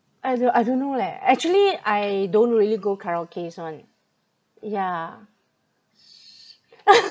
I don't I don't know leh actually I don't really go karaokes [one] yeah s~